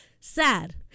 Sad